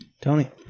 Tony